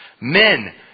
Men